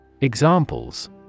Examples